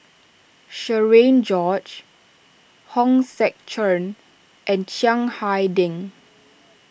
Cherian George Hong Sek Chern and Chiang Hai Ding